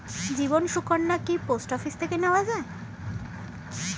জীবন সুকন্যা কি post office থেকে নেওয়া যায়?